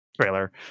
trailer